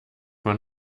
man